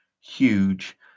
huge